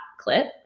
clip